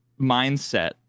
mindset